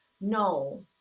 No